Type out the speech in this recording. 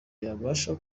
yabasha